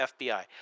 FBI